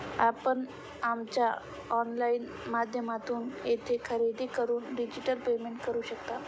आपण आमच्या ऑनलाइन माध्यमातून येथे खरेदी करून डिजिटल पेमेंट करू शकता